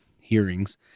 hearings